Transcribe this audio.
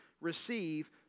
receive